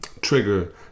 trigger